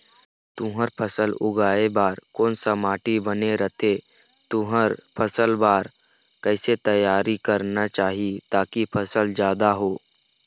तुंहर फसल उगाए बार कोन सा माटी बने रथे तुंहर फसल बार कैसे तियारी करना चाही ताकि फसल जादा हो?